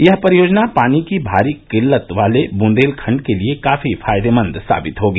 यह परियोजना पानी की भारी किल्लत वाले ब्देलखंड के लिए काफी फायदेमंद साबित होगी